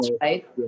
right